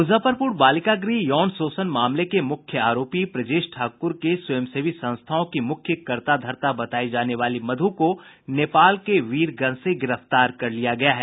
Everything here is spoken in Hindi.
मुजफ्फरपुर बालिका गृह यौन शोषण मामले के मुख्य आरोपी ब्रजेश ठाकुर के स्वयंसेवी संस्थाओं की मुख्य कर्ताधर्ता बतायी जाने वाली मधु को नेपाल के वीरगंज से गिरफ्तार कर लिया गया है